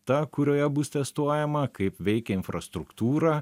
ta kurioje bus testuojama kaip veikia infrastruktūra